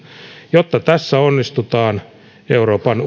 jotta tässä onnistutaan euroopan